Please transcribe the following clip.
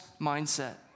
mindset